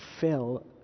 fill